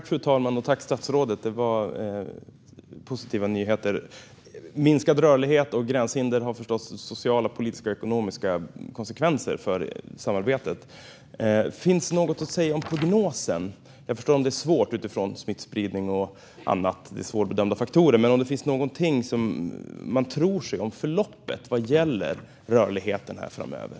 Fru talman! Tack, statsrådet! Det var positiva nyheter. Minskad rörlighet och gränshinder har förstås sociala, politiska och ekonomiska konsekvenser för samarbetet. Finns det något att säga om prognosen? Jag förstår att det är svårbedömda faktorer utifrån smittspridning och annat, men finns det någonting som man tror om förloppet vad gäller rörligheten framöver?